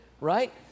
right